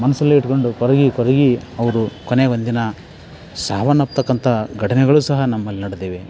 ಮನಸಲ್ಲೇ ಇಟ್ಟುಕೊಂಡು ಕೊರಗಿ ಕೊರಗಿ ಅವರು ಕೊನೆಗೊಂದು ದಿನ ಸಾವನ್ನಪ್ಪತಕ್ಕಂತ ಘಟನೆಗಳು ಸಹ ನಮ್ಮಲ್ಲಿ ನಡೆದಿವೆ